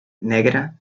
negra